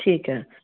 ਠੀਕ ਹੈ